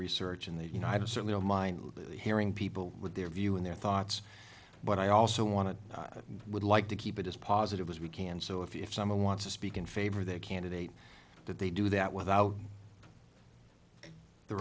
research and they you know i certainly don't mind hearing people with their view and their thoughts but i also want to would like to keep it as positive as we can so if someone wants to speak in favor of their candidate that they do that without the